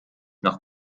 noch